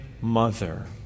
mother